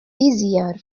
easier